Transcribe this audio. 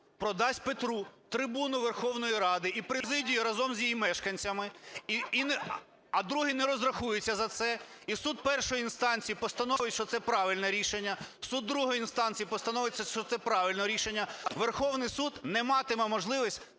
продасть Петру трибуну Верховної Ради і президію разом з її мешканцями, а другий не розрахується за це, і суд першої інстанції постановить, що це правильне рішення, суд другої інстанції постановить, що це правильне рішення, Верховний Суд не матиме можливості